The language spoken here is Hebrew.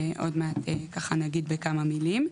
שעוד מעט נרחיב לגביהם בכמה מילים,